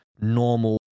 normal